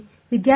ವಿದ್ಯಾರ್ಥಿa1